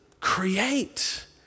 create